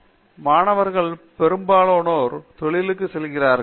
பேராசிரியர் பிரதாப் ஹரிதாஸ் மேலும் மாணவர்கள் பெரும்பாலானோர் தொழிலுக்கு செல்கிறார்கள்